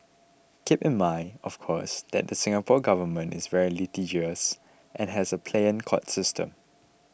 keep in mind of course that the Singapore Government is very litigious and has a pliant court system